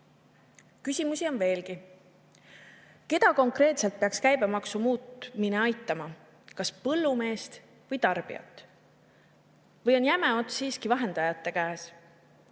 Küsimusi on veelgi. Keda konkreetselt peaks käibemaksu muutmine aitama, kas põllumeest või tarbijat või on jäme ots siiski vahendajate käes?